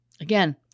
Again